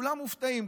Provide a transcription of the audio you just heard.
כולם מופתעים,